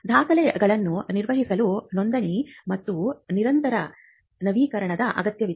ದಾಖಲೆಗಳನ್ನು ನಿರ್ವಹಿಸಲು ನೋಂದಣಿ ಮತ್ತು ನಿರಂತರ ನವೀಕರಣದ ಅಗತ್ಯವಿದೆ